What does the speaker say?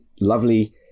lovely